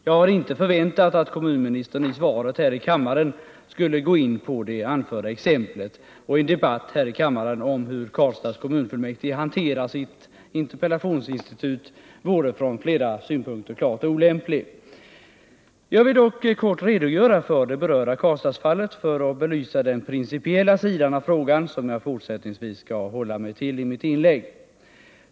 Jag hade inte förväntat att kommunministern i svaret här i kammaren skulle gå in på det anförda exemplet, och en debatt här i riksdagen om hur Karlstads kommunfullmäktige hanterar sitt interpellationsinstitut vore från flera synpunkter klart olämplig. Jag vill dock kort redogöra för det berörda Karlstadsfallet för att belysa den principiella sidan av frågan, som jag fortsättningsvis skall hålla mig till i mitt inlägg.